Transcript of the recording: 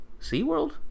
SeaWorld